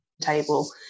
table